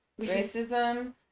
racism